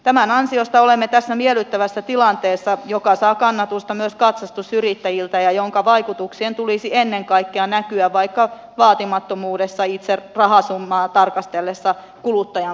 tämän ansiosta olemme tässä miellyttävässä tilanteessa joka saa kannatusta myös katsastusyrittäjiltä ja jonka vaikutuksien tulisi ennen kaikkea näkyä vaikka vaatimattomuudessaan itse rahasummaa tarkasteltaessa kuluttajan lompakossa